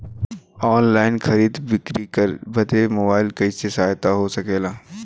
Online खरीद बिक्री बदे मोबाइल कइसे सहायक हो सकेला?